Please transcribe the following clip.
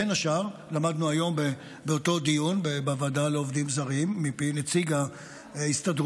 למדנו היום באותו דיון בוועדה לעובדים זרים מפי נציג ההסתדרות,